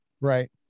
right